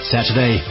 Saturday